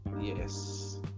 Yes